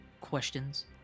questions